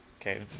okay